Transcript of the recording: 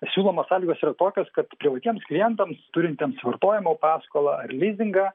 siūlomos sąlygos yra tokios kad privatiems klientams turintiems vartojimo paskolą ar lizingą